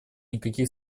никаких